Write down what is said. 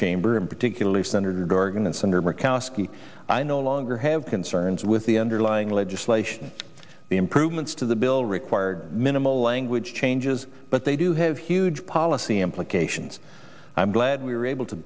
chamber and particularly senator dorgan and sundered rakowski i no longer have concerns with the underlying legislation the improvements to the bill required minimal language changes but they do have huge policy implications i'm glad we were able to